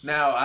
Now